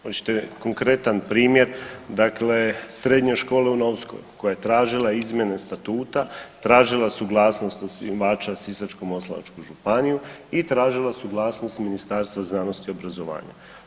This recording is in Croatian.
Hoćete konkretan primjer dakle srednje škole u Novskoj koja je tražila izmjene statuta, tražila suglasnost osnivača Sisačko-moslavačku županiju i tražila suglasnost Ministarstva znanosti i obrazovanja.